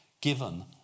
given